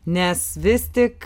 nes vis tik